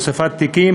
הוספת תיקים,